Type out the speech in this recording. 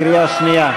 בקריאה שנייה.